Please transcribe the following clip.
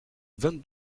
vingt